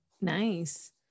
Nice